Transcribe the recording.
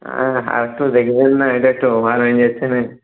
আর একটু দেখবেন না এটা একটু ওভার হয়ে যাচ্ছেনা